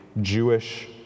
Jewish